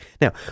Now